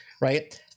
Right